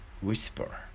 whisper